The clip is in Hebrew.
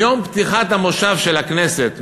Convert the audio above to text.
מיום פתיחת המושב של הכנסת,